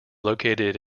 located